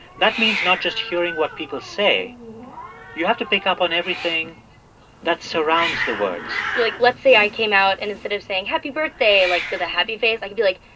that means not just hearing what people say you have to pick up on everything that surrounds the words like, let's say i came out and instead of saying happy birthday, like, with a happy face, i could be like,